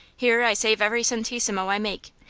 here i save every centessimo i make,